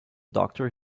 doctor